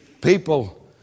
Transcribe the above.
People